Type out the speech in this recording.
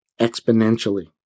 exponentially